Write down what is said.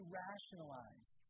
rationalize